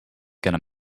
gonna